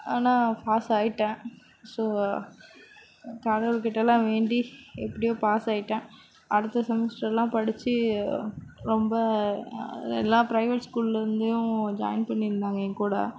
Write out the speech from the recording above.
ஆனால் பாஸ் ஆகிட்டேன் ஸோ கடவுள்கிட்டாலாம் வேண்டி எப்படியோ பாஸ் ஆகிட்டேன் அடுத்த செமஸ்டர்லாம் படித்து ரொம்ப எல்லா பிரைவேட் ஸ்கூல்லேருந்தும் ஜாயின் பண்ணியிருந்தாங்க என் கூட